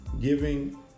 Giving